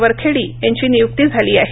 वरखेडी यांची नियुक्ती झाली आहेत